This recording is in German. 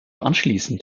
anschließend